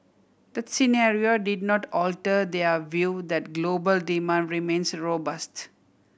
the scenario did not alter their view that global demand remains robust